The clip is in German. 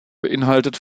beinhaltet